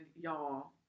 y'all